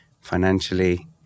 financially